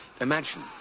Imagine